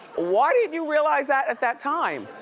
why didn't you realize that at that time?